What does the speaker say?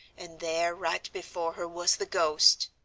and there right before her was the ghost.